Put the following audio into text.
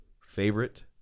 Favorite